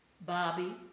Bobby